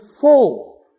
full